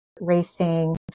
racing